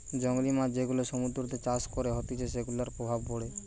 জংলী মাছ যেগুলা সমুদ্রতে চাষ করা হতিছে সেগুলার প্রভাব পড়ে